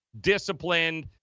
disciplined